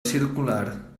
circular